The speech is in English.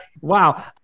Wow